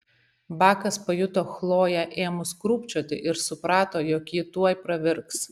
bakas pajuto chloję ėmus krūpčioti ir suprato jog ji tuoj pravirks